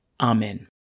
Amen